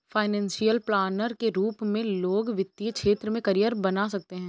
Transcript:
financial planner के रूप में लोग वित्तीय क्षेत्र में करियर बना सकते हैं